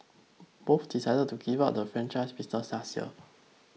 both decided to give up the franchise business last year